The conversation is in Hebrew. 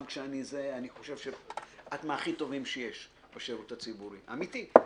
אני חושב שאת מהכי טובים שיש בשרות הציבורי אמתי.